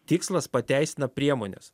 tikslas pateisina priemones